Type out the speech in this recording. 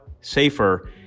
safer